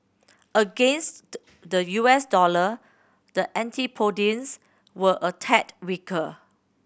against the the U S dollar the antipodeans were a tad weaker